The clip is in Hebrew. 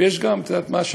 ויש גם,